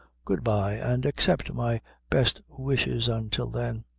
good bye! and accept my best wishes until then.